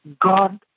God